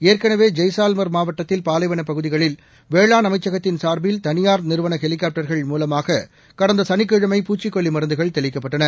ஏற்கனவே ஜெய்சான்மர் மாவட்டத்தில் பாலைவனப் பகுதிகளில் வேளாண் அமைச்சகத்தின் சார்பில் தளியார் நிறுவன ஹெலிகாப்டர்கள் மூலமாக கடந்த சனிக்கிழமை பூச்சிக் கொல்லி மருந்துகள் தெளிக்கப்பட்டன